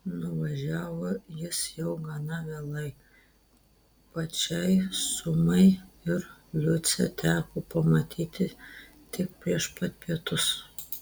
nuvažiavo jis jau gana vėlai pačiai sumai ir liucę teko pamatyti tik prieš pat pietus